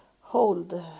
hold